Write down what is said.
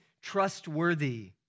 trustworthy